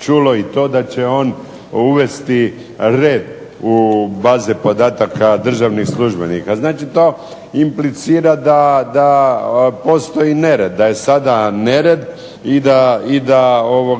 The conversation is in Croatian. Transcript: čulo i to da će on uvesti red u baze podataka državnih službenika. Znači, to implicira da postoji nered, da je sada nered i da